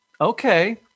okay